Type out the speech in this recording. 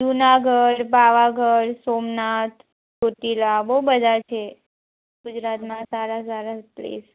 જૂનાગઢ પાવગઢ સોમનાથ પુતિલા બહુ બધા છે ગુજરાતમાં સારા સારા પ્લેસ